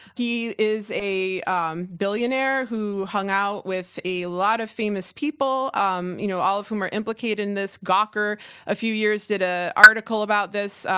he is a um billionaire who hung out with a lot of famous people, um you know all of whom are implicated in this. gawker a few years did an ah article about this,